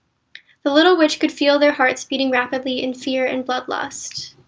the little witch could feel their hearts beating rapidly in fear and bloodlust.